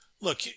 look